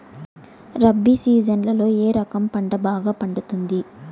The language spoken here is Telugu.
రబి సీజన్లలో ఏ రకం పంట బాగా పండుతుంది